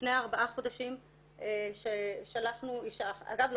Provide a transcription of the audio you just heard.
לפני ארבעה חודשים שלחנו אגב,